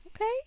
Okay